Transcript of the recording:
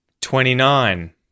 twenty-nine